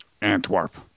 Antwerp